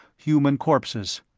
human corpses,